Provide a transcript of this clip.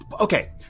okay